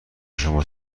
شما